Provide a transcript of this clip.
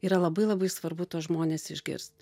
yra labai labai svarbu tuos žmones išgirsti